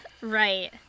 right